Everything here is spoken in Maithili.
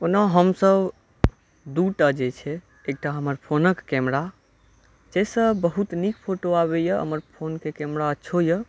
ओना हमसब दू टा जे छै एकटा हमर फोनके कैमरा जाहिसँ बहुत नीक फोटो आबैया हमर फोनके कैमरा अच्छो यऽ